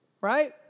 right